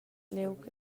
liug